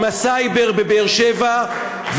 עם הסייבר בבאר-שבע,